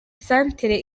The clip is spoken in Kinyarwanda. santere